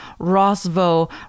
Rosvo